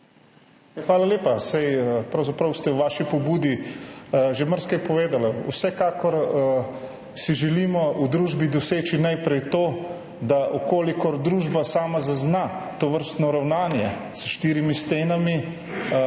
Hvala lepa. Pravzaprav ste v vaši pobudi že marsikaj povedali. Vsekakor si želimo v družbi doseči najprej to, da če družba sama zazna tovrstno ravnanje za štirimi stenami,